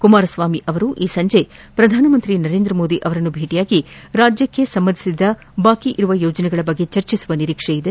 ಕುಮಾರಸ್ವಾಮಿ ಅವರು ಈ ಸಂಜೆ ಪ್ರಧಾನಮಂತ್ರಿ ನರೇಂದ್ರ ಮೋದಿ ಅವರನ್ನು ಭೇಟಿಯಾಗಿ ರಾಜ್ಯಕ್ಕೆ ಸಂಬಂಧಿಸಿದ ಬಾಕಿ ಇರುವ ಯೋಜನೆಗಳ ಬಗ್ಗೆ ಚರ್ಚಿಸುವ ನಿರೀಕ್ಷೆ ಇದೆ